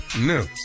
No